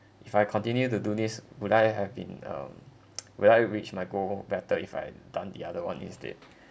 if I continue to do this would I have been um will I reach my goal better if I done the other one instead